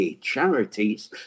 charities